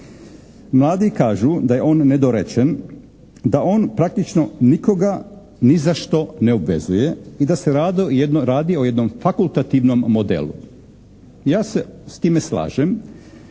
Mladi kažu da je on nedorečen. Da on praktično nikoga ni za što ne obvezuje i da se radi o jednom fakultativnom modelu. Ja se s time slažem